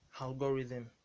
algorithm